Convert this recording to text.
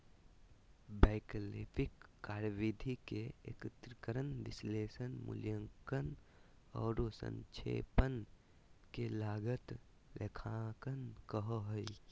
वैकल्पिक कार्यविधि के एकत्रीकरण, विश्लेषण, मूल्यांकन औरो संक्षेपण के लागत लेखांकन कहो हइ